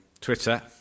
Twitter